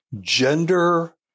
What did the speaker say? gender